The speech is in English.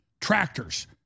tractors